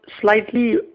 slightly